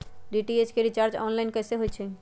DTH के recharge online कैसे होईछई?